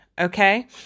Okay